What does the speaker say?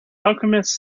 alchemist